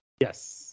Yes